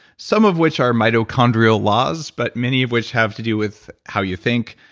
some of which are mitochondrial laws, but many of which have to do with how you think,